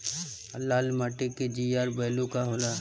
लाल माटी के जीआर बैलू का होला?